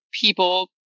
people